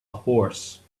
horse